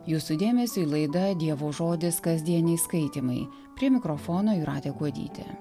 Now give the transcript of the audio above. jūsų dėmesiui laida dievo žodis kasdieniai skaitymai prie mikrofono jūratė kuodytė